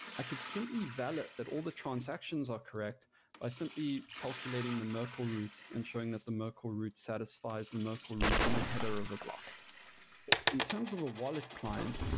i could simply valid that all the transactions are correct by simply calculating the merkel roots and showing that the merkel roots satisfies the merkel roots in the header of a block so in terms of a wallet client,